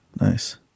Nice